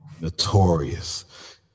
notorious